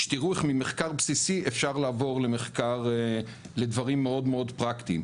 שתראו איך ממחקר בסיסי אפשר לעבור לדברים מאוד-מאוד פרקטיים.